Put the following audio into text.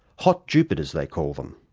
hot jupiters, they call them.